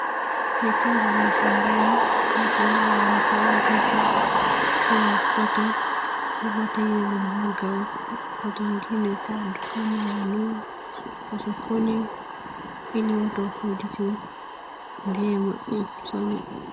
Ni kazi la shambani, watu huwafaidika huwa wakipata mapato yao mengi. Hapo watu wengine huwa dukani wanunue, kwa sokoni ili watafaidike na njema, sana.